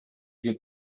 get